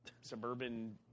Suburban